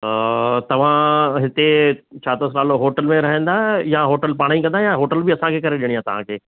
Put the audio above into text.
त तव्हां हिते छा थो नालो होटल में रहंदा या होटल पाण ई कंदा या होटल बि असांखे करे ॾेअणी आहे तव्हांखे